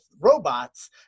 robots